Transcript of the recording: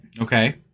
Okay